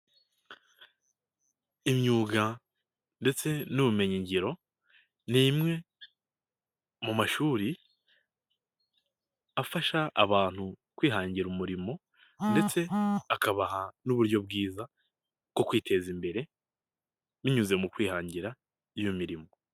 Imyuga ndetse n'ubumenyingiro, ni imwe mu mashuri afasha abantu kwihangira umurimo ndetse akabaha n'uburyo bwiza bwo kwiteza imbere, binyuze mu kwihangira iyo mirimo.